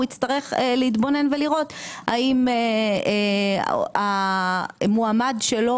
הוא יצטרך להתבונן ולראות האם המועמד שלו